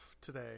today